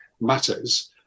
matters